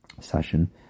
session